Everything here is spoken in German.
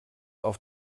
auf